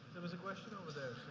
there was a question over there.